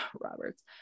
Roberts